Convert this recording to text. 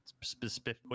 specific